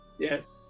yes